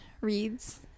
reads